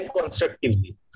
constructively